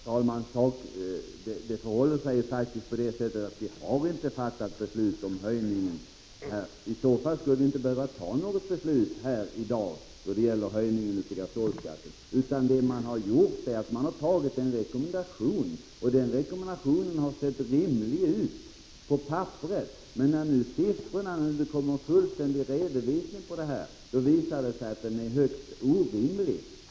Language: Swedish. Herr talman! Det förhåller sig faktiskt så att vi inte har fattat beslut om någon höjning. I så fall skulle det inte behöva fattas något beslut i dag om en höjning av gasolskatten. Man har antagit en rekommendation som har sett rimlig ut i princip, men när det nu har kommit fram en fullständig redovisning visar det sig att rekommendationen är högst orimlig.